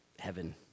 Heaven